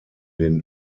den